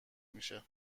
میشه